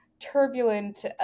turbulent